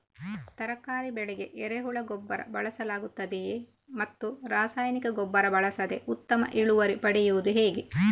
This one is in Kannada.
ತರಕಾರಿ ಬೆಳೆಗೆ ಎರೆಹುಳ ಗೊಬ್ಬರ ಬಳಸಲಾಗುತ್ತದೆಯೇ ಮತ್ತು ರಾಸಾಯನಿಕ ಗೊಬ್ಬರ ಬಳಸದೆ ಉತ್ತಮ ಇಳುವರಿ ಪಡೆಯುವುದು ಹೇಗೆ?